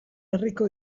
herriko